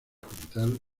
pintar